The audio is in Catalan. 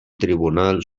tribunal